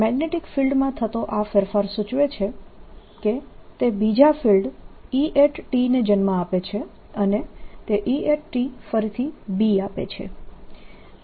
magnetic ફિલ્ડમાં થતો આ ફેરફાર સૂચવે છે કે તે બીજા ફિલ્ડ E ને જન્મ આપે છે અને તે E ફરીથી B આપે છે